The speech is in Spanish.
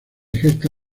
gesta